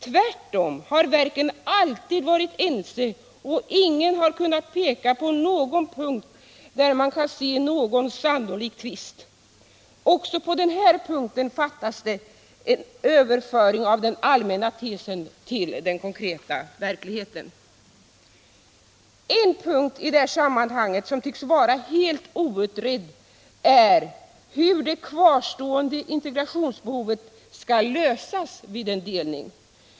Tvärtom har verken alltid varit ense och ingen har kunnat peka på någon punkt där man kan se någon sannolik tvist. Också på den här punkten fattas det en överföring av den allmänna tesen till den konkreta verkligheten. En punkt i det här sammanhanget som tycks vara helt outredd är hur det kvarstående integrationsbehovet skall lösas vid en delning.